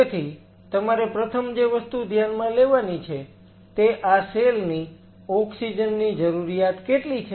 તેથી તમારે પ્રથમ જે વસ્તુ ધ્યાનમાં લેવાની છે તે આ સેલ ની ઓક્સિજન ની જરૂરિયાત કેટલી છે